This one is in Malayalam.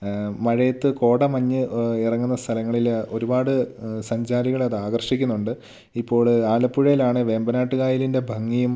മഴയത്ത് കോടമഞ്ഞ് ഇറങ്ങുന്ന സ്ഥലങ്ങളിൽ ഒരുപാട് സഞ്ചാരികളെ അത് ആകർഷിക്കുന്നുണ്ട് ഇപ്പോൾ ആലപ്പുഴയിലാണെങ്കിൽ വേമ്പനാട്ട് കായലിൻ്റെ ഭംഗിയും